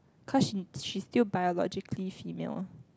cause she she's still biologically female